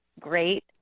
great